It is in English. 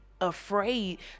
afraid